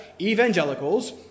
evangelicals